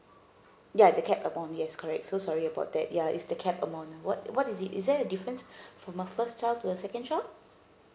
ya the cap amount yes correct so sorry about that ya is the cap amount what what is it is there a difference for my first child to a second child